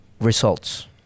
results